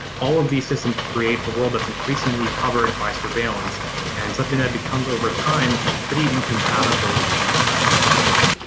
all of these systems create a world that's increasingly covered by surveillance and something that becomes over time pretty incompatible with a democratic society